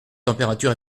température